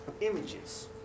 images